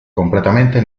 completamente